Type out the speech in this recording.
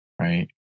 right